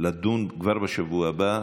לדון כבר בשבוע הבא,